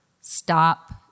stop